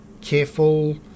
careful